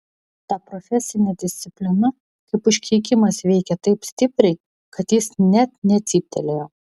ta profesinė disciplina kaip užkeikimas veikė taip stipriai kad jis net necyptelėjo